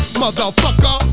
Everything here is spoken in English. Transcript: motherfucker